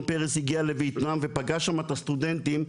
פרס הגיע לויאטנם ופגש שם את הסטודנטים,